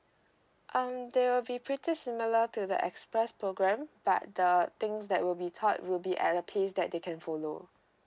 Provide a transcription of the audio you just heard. um there will be pretty similar to the express program but the things that will be thought would be at the piece that they can follow